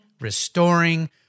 restoring